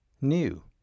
new